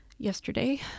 Yesterday